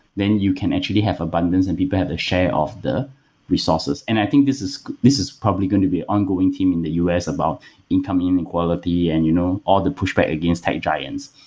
then you can actually have abundance and people have to share off the resources. and i think this is this is probably going to be an ongoing theme in the u s. about income inequality and you know all the pushback against tech giants.